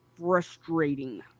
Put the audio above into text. frustrating